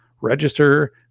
register